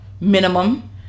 minimum